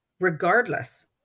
regardless